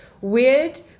weird